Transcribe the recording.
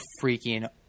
freaking